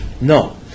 no